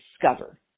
discover